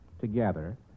together